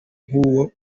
nk’uwo